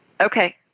Okay